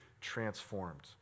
transformed